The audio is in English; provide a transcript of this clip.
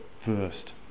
first